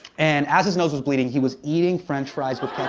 and as his nose was bleeding, he was eating french fries with